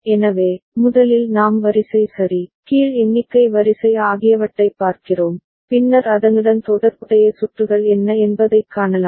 எனவே முதலில் நாம் வரிசை சரி கீழ் எண்ணிக்கை வரிசை ஆகியவற்றைப் பார்க்கிறோம் பின்னர் அதனுடன் தொடர்புடைய சுற்றுகள் என்ன என்பதைக் காணலாம்